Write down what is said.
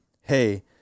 hey